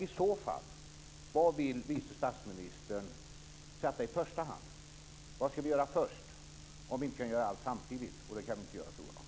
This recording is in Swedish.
I så fall, vad vill vice statsministern sätta i första hand? Vad ska vi göra först om vi inte kan göra allt samtidigt, och det tror jag inte att vi kan göra?